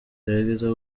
gerageza